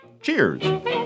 Cheers